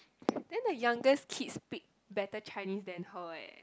then the youngest kid speak better Chinese than her eh